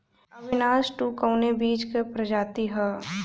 अविनाश टू कवने बीज क प्रजाति ह?